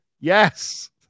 Yes